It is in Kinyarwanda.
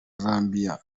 zambia